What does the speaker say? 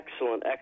excellent